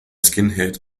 skinheads